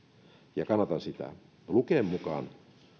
ja kannatan niitä luken mukaan